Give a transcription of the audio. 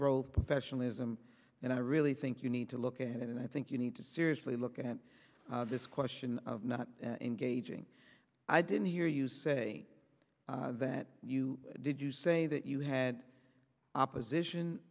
growth professionalism and i really think you need to look at it and i think you need to seriously look at this question of not engaging i didn't hear you say that you did you say that you had opposition